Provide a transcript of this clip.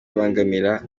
kubangamira